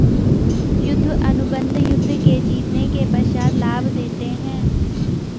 युद्ध अनुबंध युद्ध के जीतने के पश्चात लाभ देते हैं